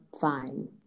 fine